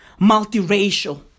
multiracial